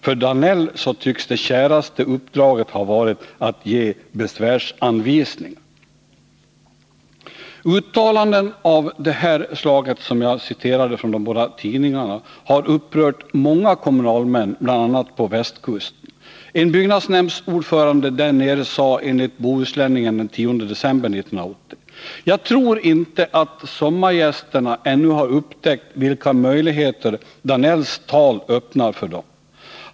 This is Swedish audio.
För Georg Danell tycks det käraste uppdraget ha varit att ge besvärsanvisningar. Uttalanden av det här slaget som jag har citerat har upprört många kommunalmän, bl.a. på västkusten. En byggnadsnämndsordförande där nere sade enligt Bohusläningen den 10 december 1980: Jag tror inte att sommargästerna ännu har upptäckt vilka möjligheter Danells tal öppnar för dem.